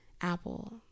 Apple